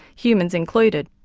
humans included.